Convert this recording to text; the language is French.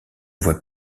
voie